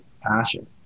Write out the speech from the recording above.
passion